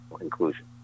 inclusion